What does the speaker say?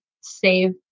save